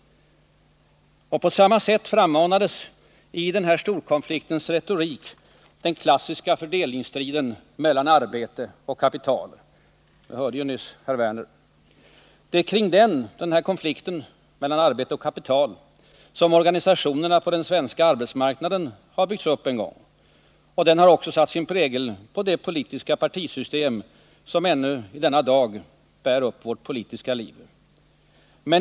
På samma sätt frammanades i storkonfliktens retorik den klassiska fördelningsstriden mellan arbete och kapital. Vi hörde ju nyss Lars Werners anförande. Det är kring den fördelningsstriden, mellan arbete och kapital, som organisationerna på den svenska arbetsmarknaden byggts upp en gång, och den har också satt sin prägel på det politiska partisystem som ännu i denna dag bär upp vårt politiska liv.